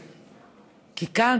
כי כאן,